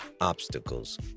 obstacles